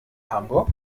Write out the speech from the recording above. hamburg